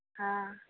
हँ